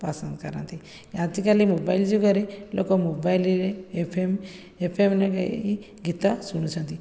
ପସନ୍ଦ କରନ୍ତି ଆଜିକାଲି ମୋବାଇଲ୍ ଯୁଗରେ ଲୋକ ମୋବାଇଲ୍ ରେ ଏଫଏମ ଏଫଏମ ଲଗେଇ ଗୀତ ଶୁଣୁଛନ୍ତି